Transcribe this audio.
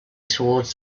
towards